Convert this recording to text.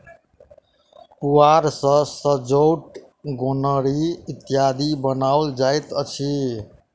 पुआर सॅ सजौट, गोनरि इत्यादि बनाओल जाइत अछि